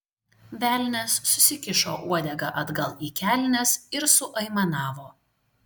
velnias susikišo uodegą atgal į kelnes ir suaimanavo